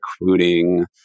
recruiting